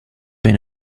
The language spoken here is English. been